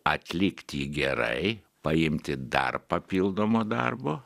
atlikt jį gerai paimti dar papildomo darbo